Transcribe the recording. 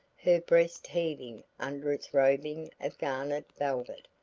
her breast heaving under its robing of garnet velvet,